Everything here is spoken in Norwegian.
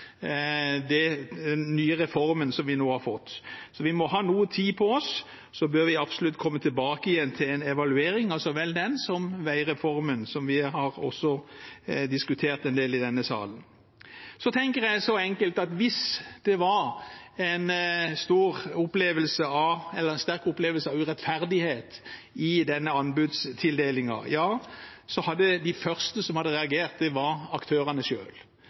evaluere den nye reformen som vi nå har fått. Vi må ha noe tid på oss. Så bør vi absolutt komme tilbake igjen til en evaluering av så vel den som av veireformen, som vi også har diskutert en del i denne salen. Jeg tenker så enkelt som at hvis det var en sterk opplevelse av urettferdighet i denne anbudstildelingen, hadde de første som hadde reagert, vært aktørene selv. Slik er det